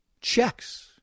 checks